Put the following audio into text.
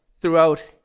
throughout